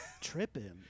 tripping